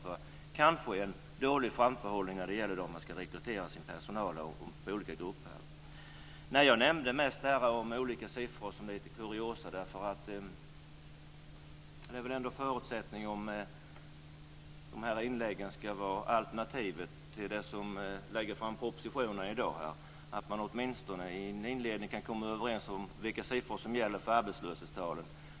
Det är kanske en dålig framförhållning när det gäller hur man ska rekrytera personal till olika grupper. Jag nämnde mest de olika siffrorna som lite kuriosa. Om de här inläggen ska vara alternativet till det som läggs fram i propositionen i dag är det väl en förutsättning att man åtminstone i en inledning kan komma överens om vilka siffror som gäller för arbetslöshetstalen.